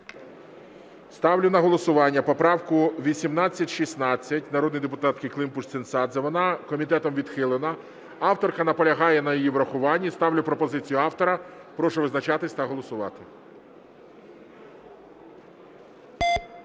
Ставлю на голосування поправку 1816 народної депутатки Климпуш-Цинцадзе. Вона комітетом відхилена. Авторка наполягає на її врахуванні. Ставлю пропозицію автора. Прошу визначатись та голосувати.